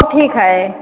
ठीक है